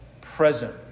present